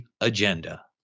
agenda